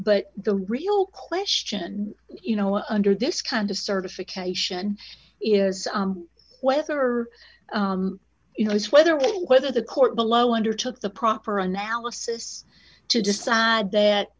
but the real question you know under this kind of certification is whether you know whether whether the court below undertook the proper analysis to decide that